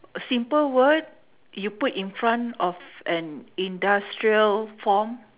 simple word you put in front of an industrial form